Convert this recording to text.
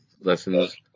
lessons